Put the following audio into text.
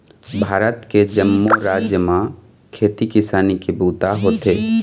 भारत के जम्मो राज म खेती किसानी के बूता होथे